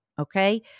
Okay